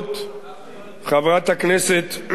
חברת הכנסת גלאון,